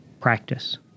practice